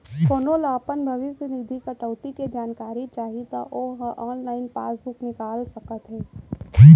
कोनो ल अपन भविस्य निधि कटउती के जानकारी चाही त ओ ह ऑनलाइन पासबूक निकाल सकत हे